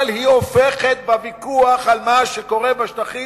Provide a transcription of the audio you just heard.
אבל היא הופכת, בוויכוח על מה שקורה בשטחים,